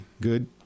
good